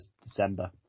December